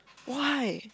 why